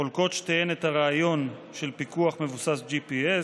חולקות, שתיהן, את הרעיון של פיקוח מבוסס GPS,